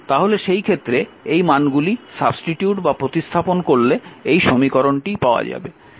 তাহলে সেই ক্ষেত্রে এই মানগুলি প্রতিস্থাপন করলে এই সমীকরণটিই পাওয়া যাবে